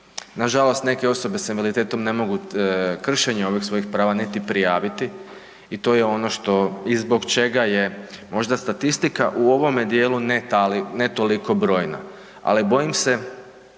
nažalost neke osobe s invaliditetom ne mogu kršenje ovih svojih prava niti prijaviti i to je ono i zbog čega je možda statistika u ovome dijelu ne toliko brojna, ali bojim se